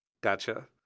Gotcha